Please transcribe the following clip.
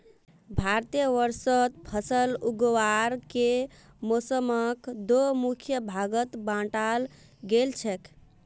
भारतवर्षत फसल उगावार के मौसमक दो मुख्य भागत बांटाल गेल छेक